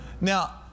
Now